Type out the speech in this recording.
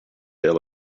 there